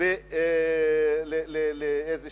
לאיזו